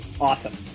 Awesome